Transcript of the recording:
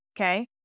okay